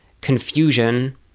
confusion